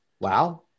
wow